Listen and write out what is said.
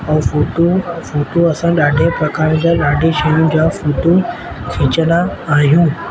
ऐं photo photo असां ॾाढे प्रकारनि सां ॾाढी शयुनि जा फोटू खींचंदा आहियूं